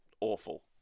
awful